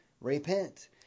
Repent